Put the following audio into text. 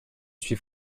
suis